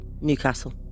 Newcastle